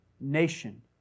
nation